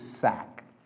sack